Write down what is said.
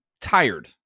tired